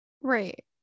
right